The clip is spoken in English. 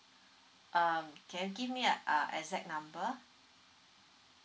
um can you give me a exact number